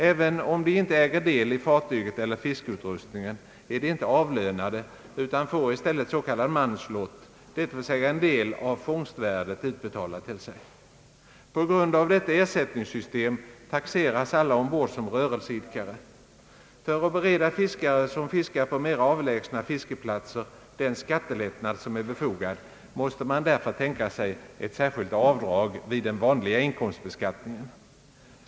även om de inte äger del i fartyget eller fiskeutrustningen är de inte avlönade utan får i stället s.k. manslott, dvs. en del av fångstvärdet, utbetalad till sig. På grund av detta ersättningssystem taxeras alla ombord som rörelseidkare. För att bereda fiskare som fiskar på mera avlägsna fiskeplatser en skattelättnad som är befogad måste man därför tänka sig ett särskilt avdrag vid den vanliga inkomstbeskattningen.